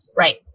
Right